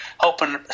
helping